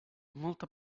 molta